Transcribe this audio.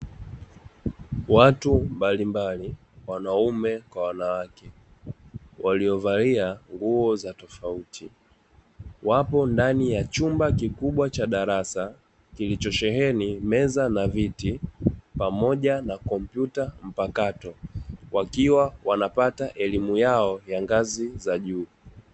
Watu mbalimbali wanaume kwa wanawake walio valia nguo za tofauti, wapo ndani ya chumba kikubwa cha darasa kilicho sheheni meza na viti, pamoja na kompyuta mpakato wakiwa wanapata elimu yao ya ngazi za juu.